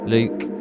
Luke